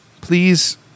Please